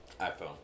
iPhone